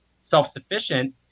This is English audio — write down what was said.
self-sufficient